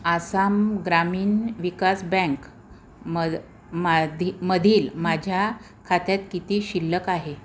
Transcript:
Assam Gramin Vikas bank मद माधी मधील माझ्या खात्यात किती शिल्लक आहे